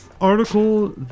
article